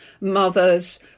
mothers